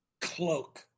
Cloak